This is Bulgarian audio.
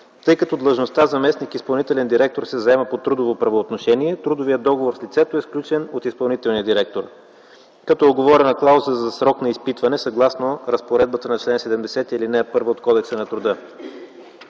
Тъй като длъжността заместник-изпълнителен директор се заема по трудово правоотношение, трудовият договор с лицето е сключен от изпълнителния директор, като е уговорена клауза за срок на изпитване, съгласно разпоредбата на чл. 70, ал. 1 от Кодекса на труда.